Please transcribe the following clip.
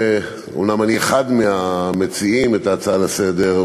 אומנם אני אחד מהמציעים את ההצעה לסדר-היום,